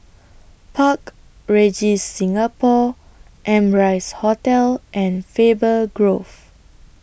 Park Regis Singapore Amrise Hotel and Faber Grove